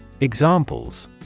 Examples